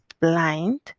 blind